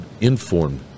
inform